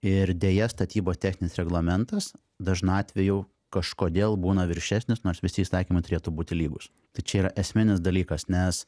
ir deja statybos techninis reglamentas dažnu atveju kažkodėl būna viršesnis nors visi įstatymai turėtų būti lygūs tai čia yra esminis dalykas nes